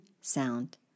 sound